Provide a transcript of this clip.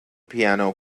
piano